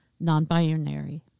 non-binary